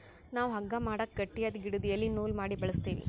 ನಾವ್ ಹಗ್ಗಾ ಮಾಡಕ್ ಗಟ್ಟಿಯಾದ್ ಗಿಡುದು ಎಲಿ ನೂಲ್ ಮಾಡಿ ಬಳಸ್ತೀವಿ